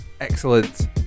excellent